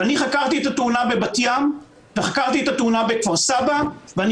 אני חקרתי את התאונה בבת-ים וחקרתי את התאונה בכפר-סבא ואני